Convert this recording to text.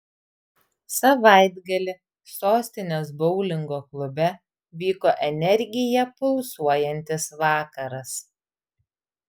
savaitgalį sostinės boulingo klube vyko energija pulsuojantis vakaras